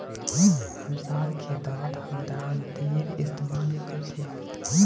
हमसार खेतत हम दरांतीर इस्तेमाल कर छेक